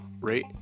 rate